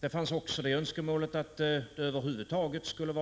Det fanns vidare ett önskemål om att löntagarfonderna över huvud taget skulle